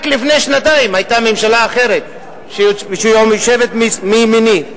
רק לפני שנתיים היתה ממשלה אחרת, שיושבת מימיני.